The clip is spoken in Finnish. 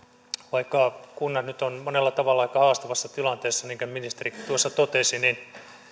vaikka kunnat nyt ovat monella tavalla aika haastavassa tilanteessa minkä ministerikin tuossa totesi niin